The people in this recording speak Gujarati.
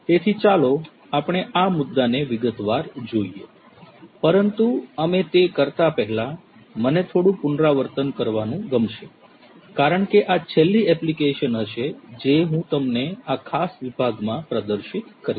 તેથી ચાલો આપણે આ મુદ્દા ને વિગતવાર જોઈએ પરંતુ અમે તે કરતા પહેલા મને થોડું પુનરાવર્તન કરવાનું ગમશે કારણ કે આ છેલ્લી એપ્લિકેશન હશે જે હું તમને આ ખાસ વિભાગમાં પ્રદર્શિત કરીશ